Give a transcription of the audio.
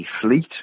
fleet